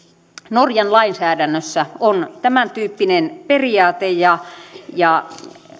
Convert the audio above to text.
norjan lainsäädännössä on tämäntyyppinen periaate ja ja kun